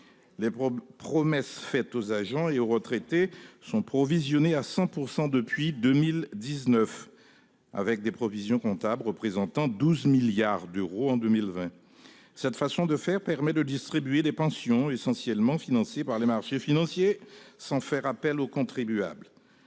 Les promesses faites aux agents et aux retraités sont provisionnées à 100 % depuis 2019, avec des provisions comptables représentant 12 milliards d'euros en 2020. Cette façon de faire permet de distribuer des pensions essentiellement financées par les marchés financiers sans faire appel aux contribuables.